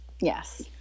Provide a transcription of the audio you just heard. Yes